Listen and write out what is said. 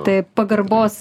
tai pagarbos